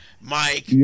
Mike